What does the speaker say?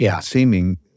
seeming